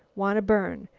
wanna burn.